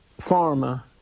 pharma